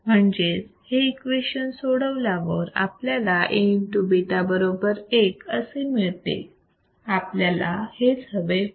म्हणजेच हे इक्वेशन सोडल्यावर आपल्याला Aβ बरोबर 1 असे मिळते आपल्याला हेच हवे होते